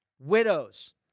widows